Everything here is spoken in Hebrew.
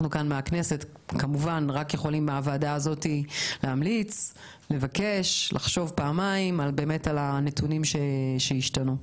אנחנו בכנסת יכולים רק להמליץ ולבקש לחשוב פעמיים על הנתונים שהשתנו.